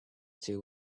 two